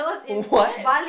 w~ what